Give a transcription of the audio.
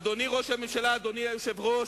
אדוני ראש הממשלה, אדוני היושב-ראש,